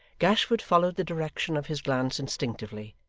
gashford followed the direction of his glance instinctively,